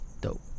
Dope